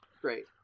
Great